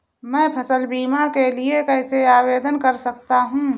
मैं फसल बीमा के लिए कैसे आवेदन कर सकता हूँ?